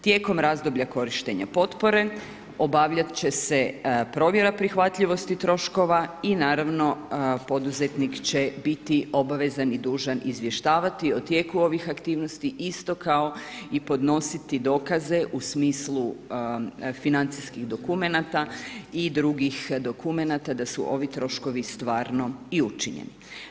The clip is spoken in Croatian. Tijekom razdoblja korištenja potpore, obavljat će se provjera prihvatljivosti troškova i naravno poduzetnik će biti obvezan i dužan izvještavati o tijeku ovih aktivnosti isto kao i podnositi dokaze u smislu financijskih dokumenata i drugi dokumenata da su ovi troškovi i stvarno učinjeni.